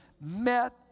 met